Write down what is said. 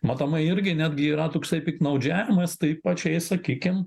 matomai irgi netgi yra toksai piktnaudžiavimas tai pačiai sakykim